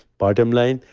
bottom line,